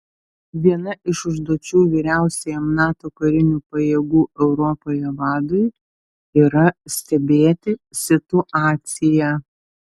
viena iš užduočių vyriausiajam nato karinių pajėgų europoje vadui yra stebėti situaciją